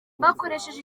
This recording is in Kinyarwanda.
bakoresheje